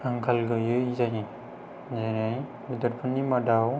आंखाल गैयै जायो जेरै बेदरफोरनि मादाव